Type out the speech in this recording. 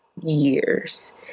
years